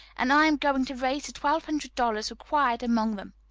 and i am going to raise the twelve hundred dollars required among them.